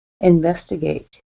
Investigate